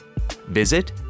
Visit